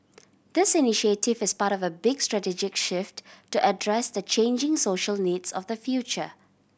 this initiative is part of a big strategic shift to address the changing social needs of the future